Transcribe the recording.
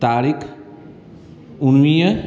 तारीख़ उणिवीह